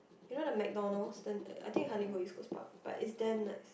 you know the McDonald's the I think you hardly go East Coast Park but it's damn nice